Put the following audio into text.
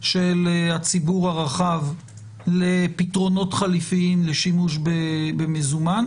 של הציבור הרחב לפתרונות חליפיים לשימוש במזומן.